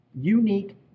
unique